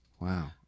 Wow